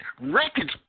records